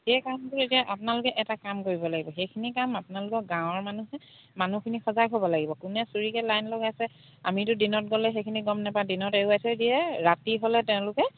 সেই কামবোৰ এতিয়া আপোনালোকে এটা কাম কৰিব লাগিব সেইখিনি কাম আপোনালোকৰ গাঁৱৰ মানুহে মানুহখিনি সজাগ হ'ব লাগিব কোনে চুৰিকে লাইন লগাইছে আমিতো দিনত গ'লে সেইখিনি গম নাপাওঁ দিনত এৰুৱাই থৈ দিয়ে ৰাতি হ'লে তেওঁলোকে